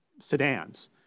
sedans